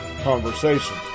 conversation